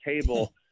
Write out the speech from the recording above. table